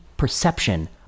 perception